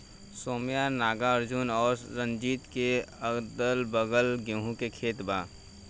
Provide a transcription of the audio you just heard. सौम्या नागार्जुन और रंजीत के अगलाबगल गेंहू के खेत बा